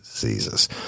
diseases